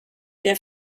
der